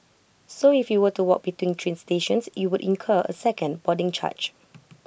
so if you were to walk between train stations you would incur A second boarding charge